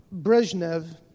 Brezhnev